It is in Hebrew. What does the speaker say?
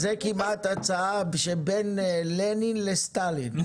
זאת כמעט הצעה של בין לנין לסטאלין.